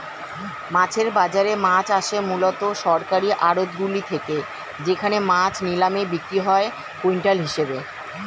মাছের বাজারে মাছ আসে মূলত সরকারি আড়তগুলি থেকে যেখানে মাছ নিলামে বিক্রি হয় কুইন্টাল হিসেবে